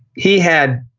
he had,